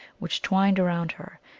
which twined around her,